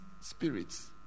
spirits